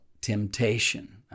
temptation